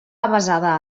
avesada